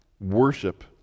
Worship